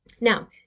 Now